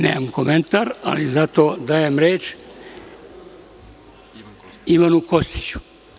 Nemam komentar, ali zato dajem reč Ivanu Kostiću.